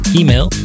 email